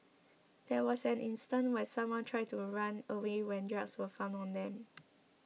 there was an instance where someone tried to run away when drugs were found on them